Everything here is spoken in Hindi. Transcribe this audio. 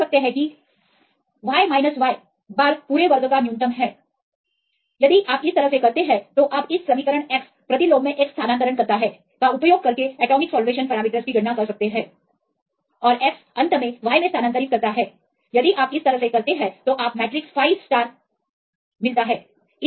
तो आप देख सकते हैं कि विचलन इस y y बार पूरे वर्ग का न्यूनतम है यदि आप इस तरह से करते हैं तो आप इस समीकरण x प्रतिलोम में x स्थानान्तरण करता है का उपयोग करके एटॉमिक सॉल्वेशन पैरामीटर्स की गणना कर सकते हैं और x अंत में y में स्थानांतरित करता है यदि आप इस तरह से करते हैं तो आप मैट्रिक्स 5 स्टार 51 में समाप्त होते हैं